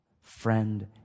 Friend